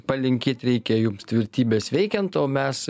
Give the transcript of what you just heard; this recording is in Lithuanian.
palinkėt reikia jums tvirtybės veikiant o mes